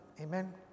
Amen